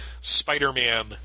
Spider-Man